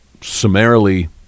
summarily